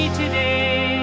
today